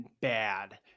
bad